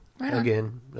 again